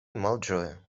malĝoja